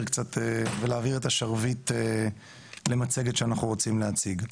ולהעביר את השרביט למצגת שאנחנו רוצים להציג.